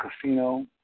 casino